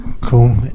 Cool